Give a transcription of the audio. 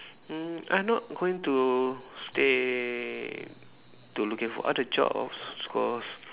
mm I'm not going to stay to looking for other jobs cause